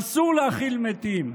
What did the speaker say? אסור להכיל מתים,